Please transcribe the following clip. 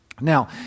Now